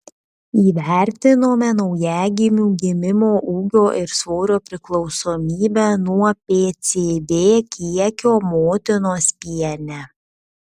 įvertinome naujagimių gimimo ūgio ir svorio priklausomybę nuo pcb kiekio motinos piene